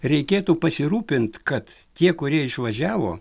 reikėtų pasirūpint kad tie kurie išvažiavo